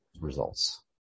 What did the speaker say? results